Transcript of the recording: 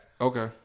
Okay